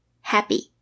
Happy